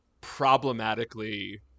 problematically